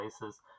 places